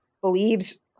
believes